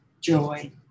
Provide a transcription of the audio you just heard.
joy